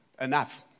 enough